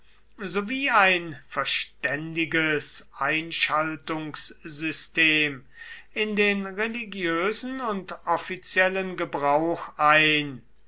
sowie ein verständiges einschaltungssystem in den religiösen und offiziellen gebrauch ein